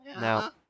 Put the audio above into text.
Now